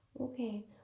okay